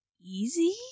easy